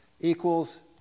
equals